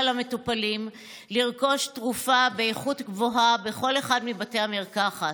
המטופלים לרכוש תרופה באיכות גבוהה בכל אחד מבתי המרקחת,